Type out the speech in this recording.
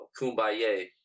Kumbaya